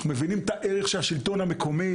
אנחנו מבינים את הערך של השלטון המקומי